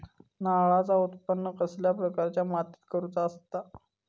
नारळाचा उत्त्पन कसल्या प्रकारच्या मातीत करूचा असता?